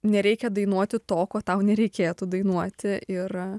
nereikia dainuoti to ko tau nereikėtų dainuoti ir